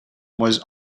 was